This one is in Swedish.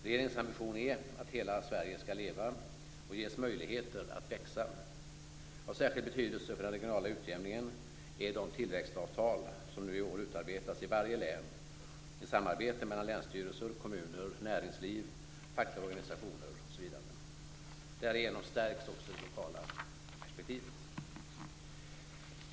Regeringens ambition är att hela Sverige skall leva och ges möjligheter att växa. Av särskild betydelse för den regionala utjämningen är de tillväxtavtal som nu i år utarbetas i varje län i samarbete mellan länsstyrelser, kommuner, näringsliv och fackliga organisationer m.fl. Därigenom stärks det lokala perspektivet.